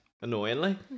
annoyingly